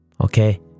Okay